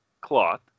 cloth